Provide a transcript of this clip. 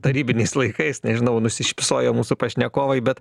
tarybiniais laikais nežinau nusišypsojo mūsų pašnekovai bet